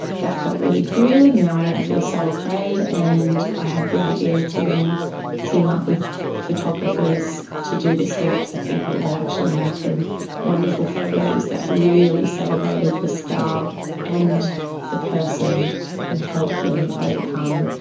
that felt really good. now i don't feel so afraid, and i had the idea to then team up with photographers to do this for lots of people, but actually make them wonderful photos that really celebrated the scar and the person and help them overcome,